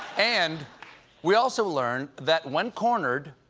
and we also learned that, when cornered,